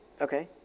Okay